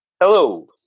Hello